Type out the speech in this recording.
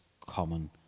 common